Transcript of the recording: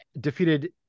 defeated